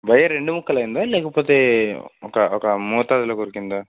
wire రెండు ముక్కలైందా లేకపోతే ఒక ఒక మోతాదులో కొరికిందా